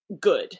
good